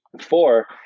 Four